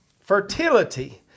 Fertility